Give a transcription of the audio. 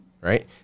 right